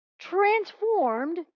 transformed